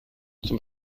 zum